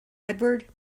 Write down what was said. edward